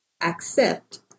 accept